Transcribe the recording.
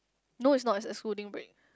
no is not is excluding break